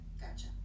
Gotcha